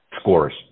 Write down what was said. scores